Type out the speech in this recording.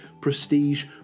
prestige